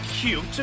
cute